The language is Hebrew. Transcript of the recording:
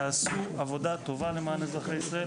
עבודה טובה למען אזרחי ישראל.